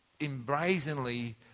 embracingly